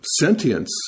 sentience